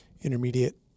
intermediate